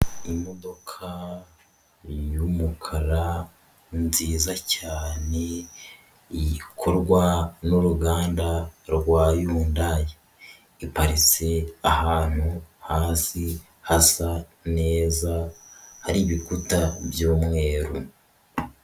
Imodoka y'umukara nziza cyane, ikorwa n'uruganda rwa Yundayi, iparitse ahantu hasi hasa neza, hari ibikuta by'umweru.